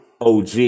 OG